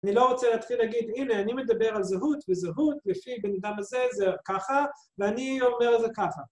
אני לא רוצה להתחיל להגיד הנה, אני מדבר על זהות, וזהות לפי בן האדם הזה זה ככה, ואני אומר את זה ככה.